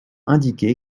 indiqué